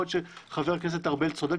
יכול להיות שחבר הכנסת ארבל צודק,